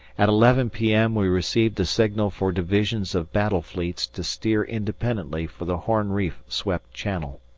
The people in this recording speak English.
at eleven p m. we received a signal for divisions of battle fleets to steer independently for the horn reef swept channel.